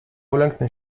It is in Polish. ulęknę